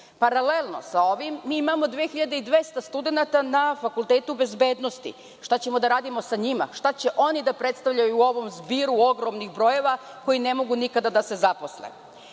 Paralelno sa ovim, mi imamo 2.200 studenata na Fakultetu bezbednosti. Šta ćemo da radimo sa njima, šta će oni da predstavljaju u ovom zbiru ogromnih brojeva, koji ne mogu da se nikada zaposle? Da